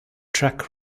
track